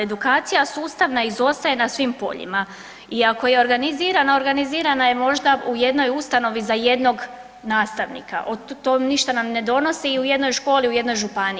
Edukacija sustavna izostaje na svim poljima i ako je organizirana, organizirana je možda u jednoj ustanovi za jednog nastavnika, to ništa nam ne donosi ili u jednoj školi, u jednoj županiji.